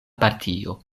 partio